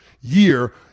year